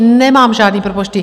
Nemám žádné propočty.